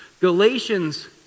Galatians